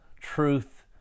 truth